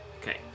Okay